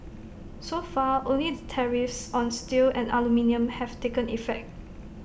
so far only the tariffs on steel and aluminium have taken effect